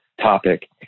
topic